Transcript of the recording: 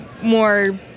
more